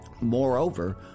Moreover